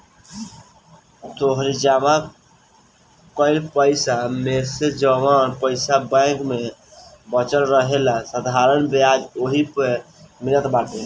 तोहरी जमा कईल पईसा मेसे जवन पईसा बैंक में बचल रहेला साधारण बियाज ओही पअ मिलत बाटे